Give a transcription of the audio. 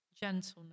gentleness